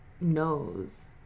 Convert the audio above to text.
knows